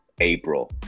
April